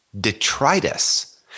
detritus